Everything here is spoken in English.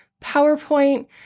PowerPoint